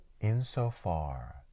Insofar